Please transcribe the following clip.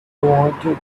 wanted